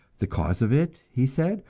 the cause of it, he said,